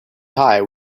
tie